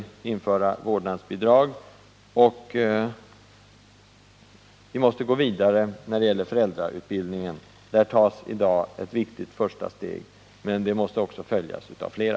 Vi måste också gå vidare när det gäller föräldrautbildningen. I det avseendet tas i dag ett viktigt första steg, men det måste följas av flera.